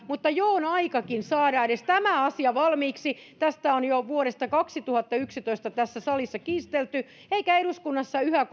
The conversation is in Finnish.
mutta jo on aikakin saada edes tämä asia valmiiksi tästä on jo vuodesta kaksituhattayksitoista tässä salissa kiistelty eikä eduskunnassa yhä